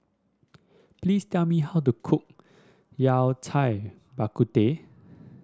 please tell me how to cook Yao Cai Bak Kut Teh